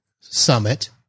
summit